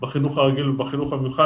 בחינוך הרגיל ובחינוך המיוחד.